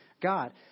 God